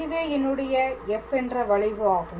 இதுவே என்னுடைய f என்ற வளைவு ஆகும்